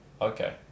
Okay